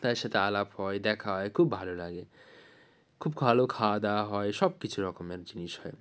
তাদের সাথে আলাপ হয় দেখা হয় খুব ভালো লাগে খুব ভালো খাওয়া দাওয়া হয় সব কিছু রকমের জিনিস হয়